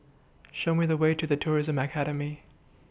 Show Me The Way to The Tourism Academy